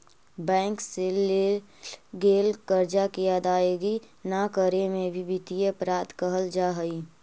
bank से लेल गेल कर्जा के अदायगी न करे में भी वित्तीय अपराध कहल जा हई